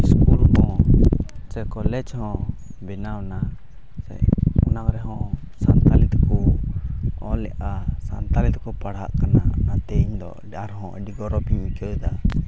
school ᱦᱚᱸ ᱥᱮ college ᱦᱚᱸ ᱵᱮᱱᱟᱣᱱᱟ ᱥᱮ ᱚᱱᱟ ᱨᱮ ᱦᱚᱸ ᱥᱟᱱᱛᱟᱲᱤ ᱛᱮᱠᱚ ᱚᱞᱮᱜᱼᱟ ᱥᱟᱱᱛᱟᱲᱤ ᱛᱮᱠᱚ ᱯᱟᱲᱦᱟᱜ ᱠᱟᱱᱟ ᱚᱱᱟᱛᱮ ᱤᱧ ᱫᱚ ᱟᱹᱰᱤ ᱟᱨ ᱦᱚᱸ ᱟᱹᱰᱤ ᱜᱚᱨᱚᱵᱽ ᱤᱧ ᱟᱹᱭᱠᱟᱹᱣᱫᱟ